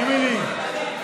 אין מילים.